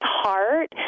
heart